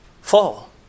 fall